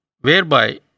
whereby